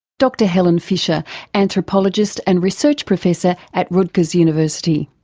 dr helen fisher anthropologist and research professor at rutgers university.